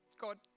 God